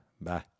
Bye